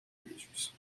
users